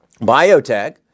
biotech